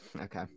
okay